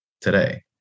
today